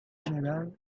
general